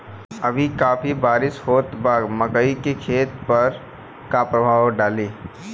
अभी काफी बरिस होत बा मकई के खेत पर का प्रभाव डालि?